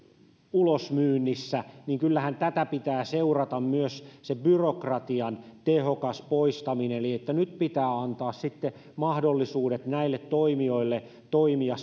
ulosmyynnissä niin kyllähän tätä pitää seurata myös se byrokratian tehokas poistaminen eli että nyt pitää antaa sitten mahdollisuudet näille toimijoille toimia